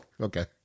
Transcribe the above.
okay